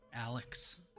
Alex